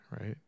right